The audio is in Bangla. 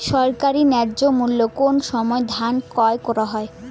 সরকারি ন্যায্য মূল্যে কোন সময় ধান ক্রয় করা হয়?